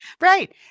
Right